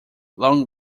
long